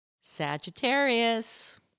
Sagittarius